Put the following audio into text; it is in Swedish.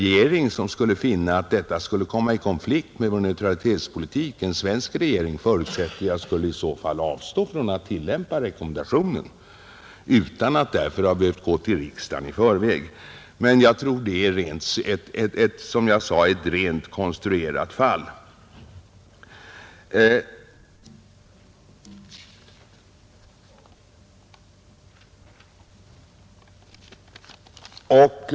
För det andra: En svensk regering som fann att detta skulle komma i konflikt med vår neutralitetspolitik förutsätter jag skulle avstå från att tillämpa rekommendationen utan att därför nödvändigtvis gå till riksdagen dessförinnan. Men jag tror alltså att detta är ett rent konstruerat fall.